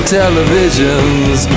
televisions